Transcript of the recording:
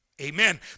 Amen